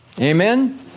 Amen